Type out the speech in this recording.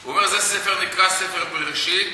הוא אומר: זה ספר נקרא ספר בראשית,